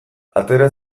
atera